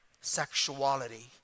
sexuality